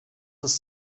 ist